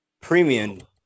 Premium